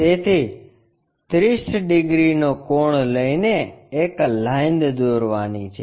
તેથી30 ડિગ્રીનો કોણ લઈને એક લાઈન દોરવાની છે